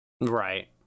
Right